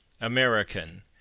American